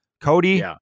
Cody